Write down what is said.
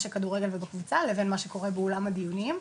הכדורגל ובקבוצה לבין מה שקורה באולם הדיונים.